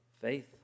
Faith